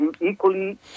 equally